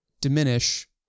diminish